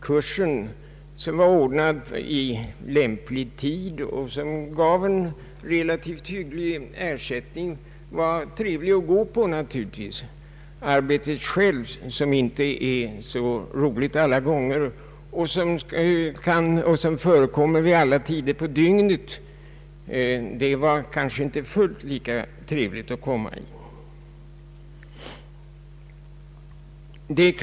Kursen som var anordnad under lämplig tid och som gav en hygglig ersättning var trevlig att gå på, men arbetet självt, som inte alla gånger är så intressant och roligt och som skall utövas vid alla tider på dygnet, var kanske inte fullt lika trevligt.